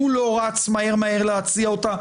שהוא לא רץ מהר מהר להציע אותה,